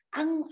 ang